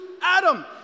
Adam